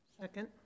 Second